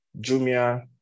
Jumia